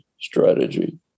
strategy